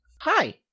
hi